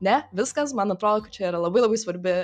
ne viskas man atrodo kad čia yra labai labai svarbi